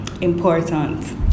Important